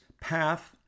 path